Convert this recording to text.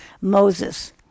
Moses